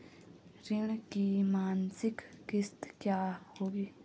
ऋण की मासिक किश्त क्या होगी?